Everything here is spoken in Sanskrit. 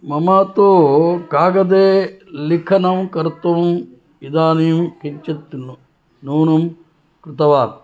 मम तु कागदे लेखनं कर्तुम् इदानीं किञ्चित् न्यूनं कृतवान्